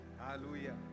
Hallelujah